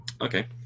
Okay